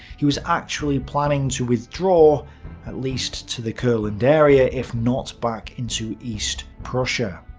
he was actually planning to withdraw at least to the courland area, if not back into east prussia.